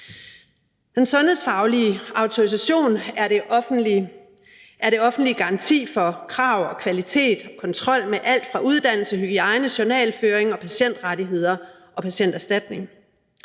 Den sundhedsfaglige autorisation er det offentliges garanti for krav, kvalitet og kontrol med alt fra uddannelse, hygiejne, journalføring til patientrettigheder og patienterstatning.